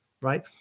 right